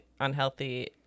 unhealthy